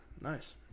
Nice